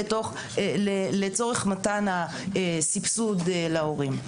לצורך מתן הסבסוד להורים.